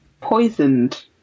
poisoned